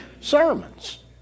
sermons